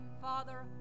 Father